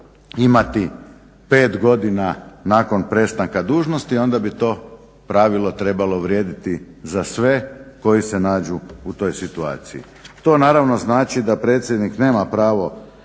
imati 5 godina nakon prestanka dužnosti onda bi to pravilo trebalo vrijediti za sve koji se nađu u toj situaciji. To naravno znači da predsjednik nema pravo